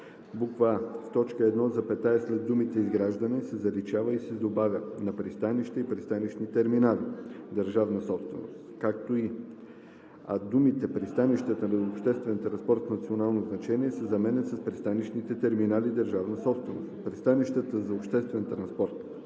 запетаята след думата „изграждане“ се заличава и се добавя „на пристанища и пристанищни терминали – държавна собственост, както и“, а думите „пристанищата за обществен транспорт с национално значение“ се заменят с „пристанищните терминали – държавна собственост, от пристанищата за обществен транспорт“;